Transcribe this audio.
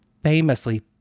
famously